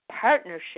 partnership